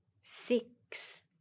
six